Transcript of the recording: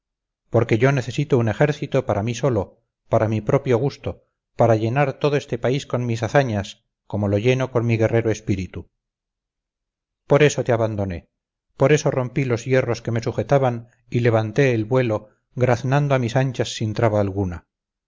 porque yo necesito un ejército para mí solo para mi propio gusto para llenar todo este país con mis hazañas como lo lleno con mi guerrero espíritu por eso te abandoné por eso rompí los hierros que me sujetaban y levanté el vuelo graznando a mis anchas sin traba alguna